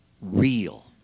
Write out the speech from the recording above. real